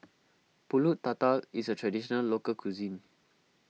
Pulut Tatal is a Traditional Local Cuisine